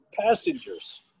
passengers